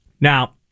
Now